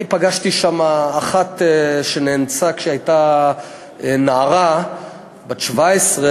אני פגשתי שם אחת שנאנסה כשהייתה נערה בת 17,